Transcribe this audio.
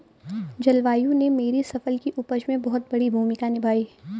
जलवायु ने मेरी फसल की उपज में बहुत बड़ी भूमिका निभाई